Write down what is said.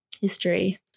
history